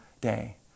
day